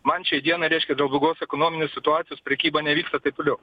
man šiai dienai reiškia dėl blogos ekonominės situacijos prekyba nevyksta taip toliau